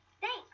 Thanks